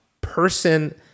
person